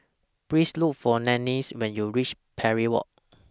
Please Look For Nanette when YOU REACH Parry Walk